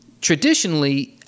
traditionally